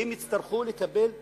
הן יצטרכו לקבל תקציבים,